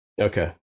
Okay